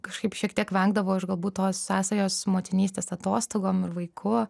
kažkaip šiek tiek vengdavau aš galbūt tos sąsajos su motinystės atostogom ir vaiku